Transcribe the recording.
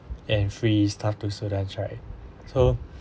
and free staff to sudan right